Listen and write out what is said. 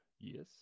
Yes